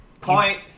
Point